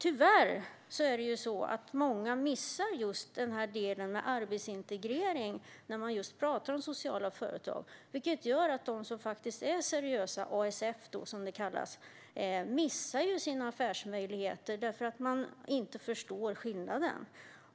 Tyvärr är det många som missar delen med arbetsintegrering när man pratar om sociala företag, vilket gör att de som är seriösa, ASF, missar sina affärsmöjligheter därför att man inte förstår skillnaden.